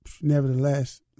nevertheless